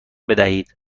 بدهید